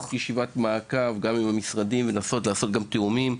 ישיבת מעקב ולנסות לעשות גם תיאומים.